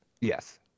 Yes